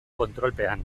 kontrolpean